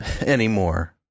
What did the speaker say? anymore